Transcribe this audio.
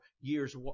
years